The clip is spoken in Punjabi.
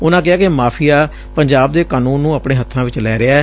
ਉਨੂਾ ਕਿਹਾ ਕਿ ਮਾਫੀਆ ਪੰਜਾਬ ਦੇ ਕਾਨੂੰਨ ਨੂੰ ਆਪਣੇ ਹੱਬਾਂ ਚ ਲੈ ਰਿਹੈ